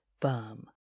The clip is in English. firm